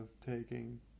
taking